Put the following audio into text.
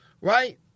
Right